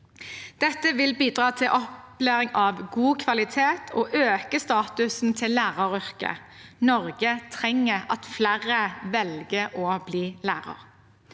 Dette vil bidra til opplæring av god kvalitet og øke statusen til læreryrket. Norge trenger at flere velger å bli lærer.